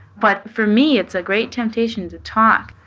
but for me, it's a great temptation to talk.